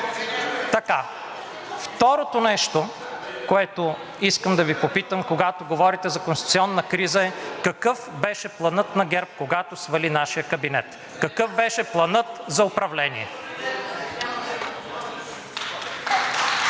Второто нещо, което искам да Ви попитам, когато говорите за конституционна криза, е какъв беше планът на ГЕРБ, когато свали нашия кабинет? Какъв беше планът за управление?